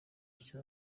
cya